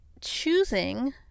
choosing